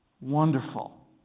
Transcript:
wonderful